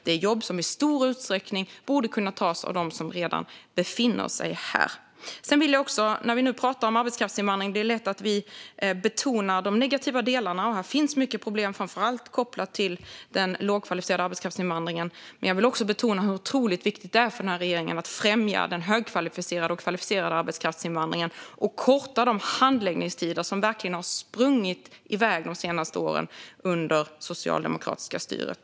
Det är jobb som i stor utsträckning borde kunna tas av dem som redan befinner sig här. När vi nu talar om arbetskraftsinvandring är det lätt att vi betonar de negativa delarna. Det finns mycket problem framför allt kopplat till den lågkvalificerade arbetskraftsinvandringen. Men jag vill också betona hur otroligt viktigt det är för regeringen att främja den högkvalificerade och kvalificerade arbetskraftsinvandringen. Det gäller att korta de handläggningstider som verkligen har sprungit iväg de senaste åren under det socialdemokratiska styret.